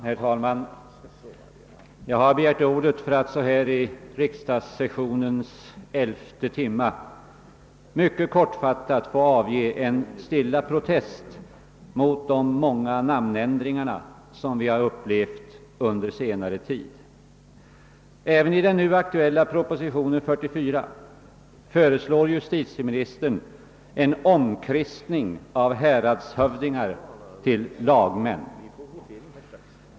Herr talman! Jag har begärt ordet för att så här i riksdagssessionens elfte timme mycket kortfattat få avge en stilla protest mot de många namnändringar som vi har upplevt under senare tid. Även i den nu aktuella propositionen, nr 44, föreslår justitieministern en sådan ändring genom omkristning av häradshövdingar till lagmän.